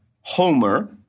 Homer